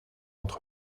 entre